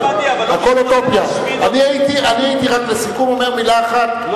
גם אני, אבל לא מי שרוצה להשמיד אותי.